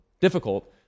difficult